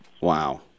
Wow